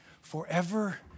Forever